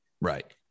Right